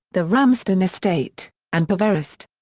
the ramsden estate, and poverest.